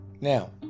Now